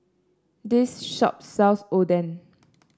this shop sells Oden